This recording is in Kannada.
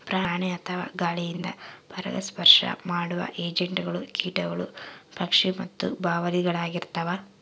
ಪ್ರಾಣಿ ಅಥವಾ ಗಾಳಿಯಿಂದ ಪರಾಗಸ್ಪರ್ಶ ಮಾಡುವ ಏಜೆಂಟ್ಗಳು ಕೀಟಗಳು ಪಕ್ಷಿ ಮತ್ತು ಬಾವಲಿಳಾಗಿರ್ತವ